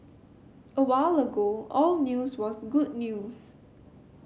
a while ago all news was good news